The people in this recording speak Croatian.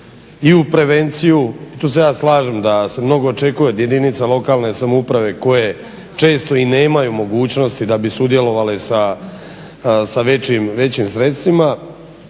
i u prevenciju, tu se ja slažem da se mnogo očekuje od jedinica lokalne samouprave koje često i nemaju mogućnosti da bi sudjelovale sa većim sredstvima,